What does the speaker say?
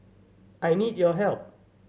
I need your help